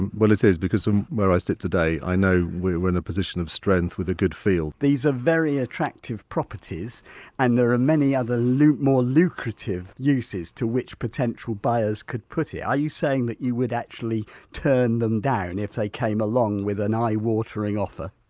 and well it is because from where i sit today, i know we're in a position of strength with a good field these are very attractive properties and there are many other more lucrative uses to which potential buyers could put it, yeah are you saying that you would actually turn them down if they came along with an eyewatering offer?